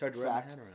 fact